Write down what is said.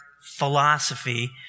philosophy